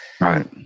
right